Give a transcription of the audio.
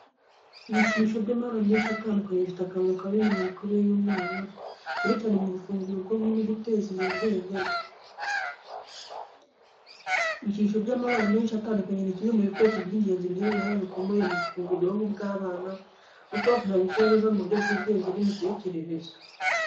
Ibikinisho by’amabara menshi atandukanye bifite akamaro kanini mu mikurire y’umwana, cyane cyane mu gufungurira ubwonko no guteza imbere ubwenge bwe. Ibikinisho by’amabara menshi atandukanye ni kimwe mu bikoresho by’ingenzi bigira uruhare rukomeye mu gufungura ubwonko bw’abana no kubafasha gukura neza mu buryo bw’ubwenge n’imitekerereze.